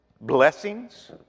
blessings